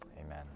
Amen